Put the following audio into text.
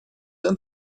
and